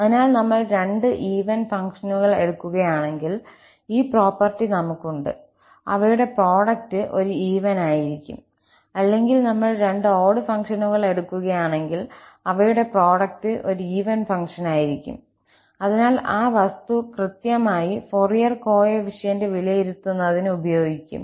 അതിനാൽ നമ്മൾ രണ്ട് ഈവൻ ഫംഗ്ഷനുകൾ എടുക്കുകയാണെങ്കിൽ ഈ പ്രോപ്പർട്ടി നമുക്കുണ്ട് അവയുടെ പ്രോഡക്റ്റ് ഒരു ഈവൻ ആയിരിക്കും അല്ലെങ്കിൽ നമ്മൾ രണ്ട് ഓട് ഫംഗ്ഷനുകൾ എടുക്കുകയാണെങ്കിൽ അവയുടെ പ്രോഡക്റ്റ് ഒരു ഈവൻ ഫംഗ്ഷനായിരിക്കും അതിനാൽ ആ വസ്തു കൃത്യമായി ഫൊറിയർ കോഎഫീഷ്യന്റ് വിലയിരുത്തുന്നതിന് ഉപയോഗിക്കും